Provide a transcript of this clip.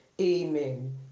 amen